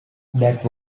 that